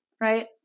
right